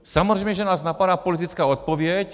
Samozřejmě, že nás napadá politická odpověď.